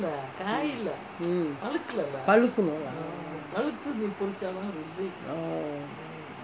mm பழுக்கனும்:pazhukkanum